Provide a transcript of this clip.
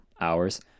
hours